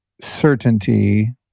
certainty